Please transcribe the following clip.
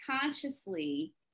consciously